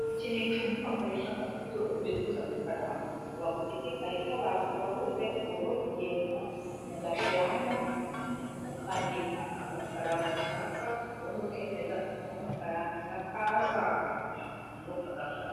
Ikintu icyuma bakoresha turi kubikuza amafaranga, uba ufite ikarita waguze ,ubundi ukagenda ugashyiramo ukandika amafaranga ushaka, ubundi ukemeza ubundi amafaranga akaza ubundi ukayafata.